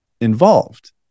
involved